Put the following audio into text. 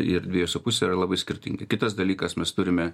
ir dvejų su puse yra labai skirtingi kitas dalykas mes turime